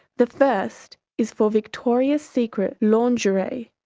the first is for victoria's secret lingerie.